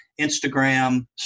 Instagram